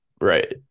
right